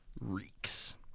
reeks